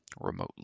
remotely